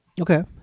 Okay